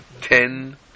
ten